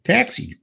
Taxi